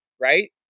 right